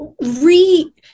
re